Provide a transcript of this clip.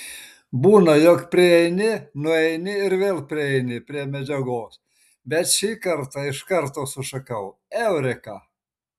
būna jog prieini nueini ir vėl prieini prie medžiagos bet šį kartą iš karto sušukau eureka